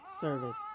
service